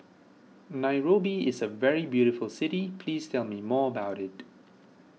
Nairobi is a very beautiful city please tell me more about it